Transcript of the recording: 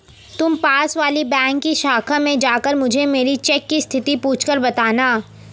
तुम पास वाली बैंक की शाखा में जाकर मुझे मेरी चेक की स्थिति पूछकर बताना